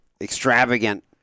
Extravagant